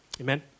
Amen